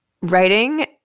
Writing